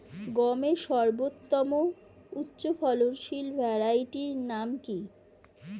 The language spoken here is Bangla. গমের সর্বোত্তম উচ্চফলনশীল ভ্যারাইটি নাম কি?